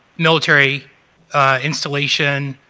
military installation,